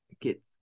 get